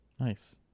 Nice